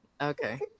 Okay